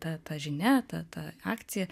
ta ta žinia ta ta akcija